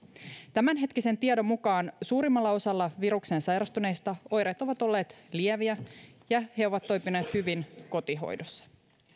tämänhetkisen tiedon mukaan suurimmalla osalla virukseen sairastuneista oireet ovat olleet lieviä ja he ovat toipuneet hyvin kotihoidossa